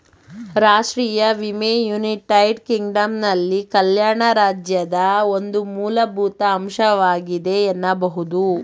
ರಾಷ್ಟ್ರೀಯ ವಿಮೆ ಯುನೈಟೆಡ್ ಕಿಂಗ್ಡಮ್ನಲ್ಲಿ ಕಲ್ಯಾಣ ರಾಜ್ಯದ ಒಂದು ಮೂಲಭೂತ ಅಂಶವಾಗಿದೆ ಎನ್ನಬಹುದು